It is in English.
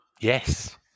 Yes